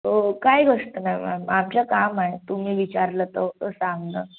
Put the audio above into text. ओ काय गोष्ट नाही मॅम आमचं काम आहे तुम्ही विचारलं तर सांगणं